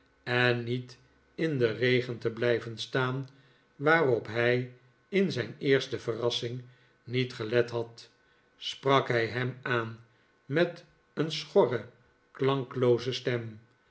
en niet in den regen te blijven staan waarop hij in zijn eerste verrassing niet gelet had sprak hij hem aan met een schorre klanklooze stem